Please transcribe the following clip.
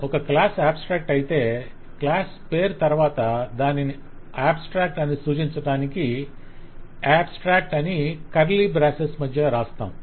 ఒక class abstract అయితే class పేరు తర్వాత దానిని అబ్స్ట్రాక్ట్ అని సూచించటానికి ఆబ్స్ట్రాక్ అని కర్లీ బ్రేసెస్ మధ్య వ్రాస్తాము